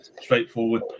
straightforward